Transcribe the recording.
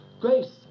grace